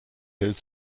hält